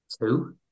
Two